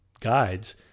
guides